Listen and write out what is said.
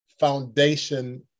foundation